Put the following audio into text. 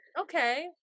Okay